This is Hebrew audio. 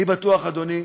אני בטוח, אדוני,